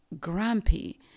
grumpy